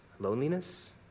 Loneliness